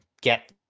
get